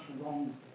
wrong